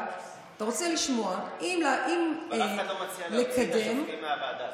אבל אף אחד לא מציע להוציא את השופטים מהוועדה,